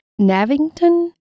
Navington